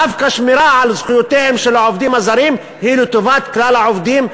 דווקא שמירה על זכויותיהם של העובדים הזרים היא לטובת כלל העובדים,